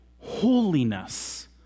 holiness